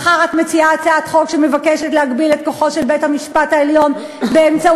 מחר את מציעה הצעת חוק שמבקשת להגביל את כוחו של בית-המשפט העליון באמצעות